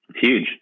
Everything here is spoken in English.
huge